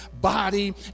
body